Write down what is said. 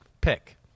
pick